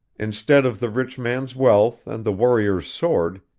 instead of the rich man's wealth and the warrior's sword,